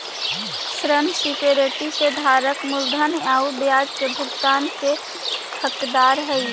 ऋण सिक्योरिटी के धारक मूलधन आउ ब्याज के भुगतान के हकदार हइ